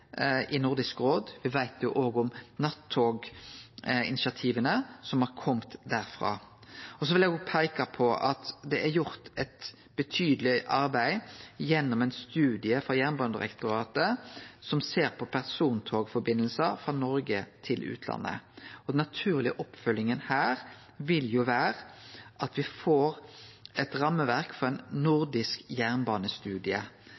i Nordisk råd. Me veit òg om nattog-initiativa som har kome derifrå. Så vil eg òg peike på at det er gjort eit betydeleg arbeid gjennom ein studie frå Jernbanedirektoratet, som ser på personforbindelsar frå Noreg til utlandet. Den naturlege oppfølginga her vil vere at me får eit rammeverk for ein